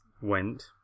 went